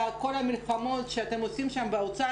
וכל המלחמות שאתם עושים שם באוצר,